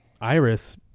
Iris